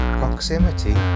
proximity